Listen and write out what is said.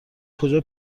کجا